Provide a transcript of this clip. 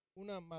una